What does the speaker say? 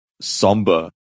somber